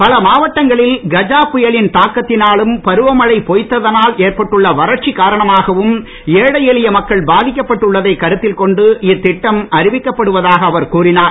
பல மாவட்டங்களில் கஜா புயலின் தாக்கத்தினாலும் பருவமழை பொய்த்ததனால் ஏற்பட்டுள்ள வறட்சி காரணமாகவும் ஏழை எளிய மக்கள் பாதிக்கப்பட்டு உள்ளதைக் கருத்தில் கொண்டு இத்திட்டம் அறிவிக்கப்படுவதாக அவர் கூறினார்